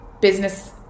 business